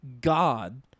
God